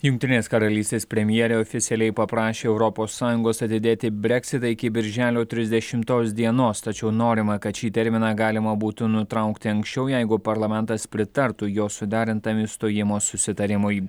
jungtinės karalystės premjerė oficialiai paprašė europos sąjungos atidėti breksitą iki birželio trisdešimtos dienos tačiau norima kad šį terminą galima būtų nutraukti anksčiau jeigu parlamentas pritartų jos suderintam išstojimo susitarimui